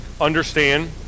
Understand